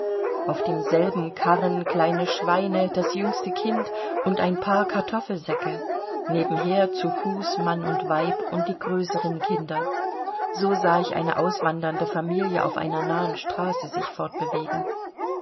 auf demselben karren kleine schweine das jüngste kind und ein paar kartoffelsäcke nebenher zu fuß mann und weib und die größeren kinder so sah ich eine auswandernde familie auf einer nahen straße sich fortbewegen